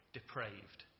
depraved